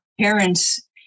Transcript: parents